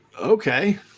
Okay